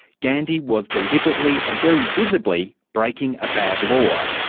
gandhi was deliberately and very visibly breaking a bad law,